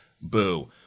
Boo